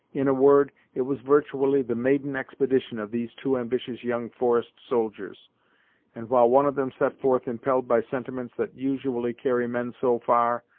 in a word, it was virtually the maiden expedition of these two ambitious young forest soldiers and while one of them set forth impelled by sentiments that usually carry men so far,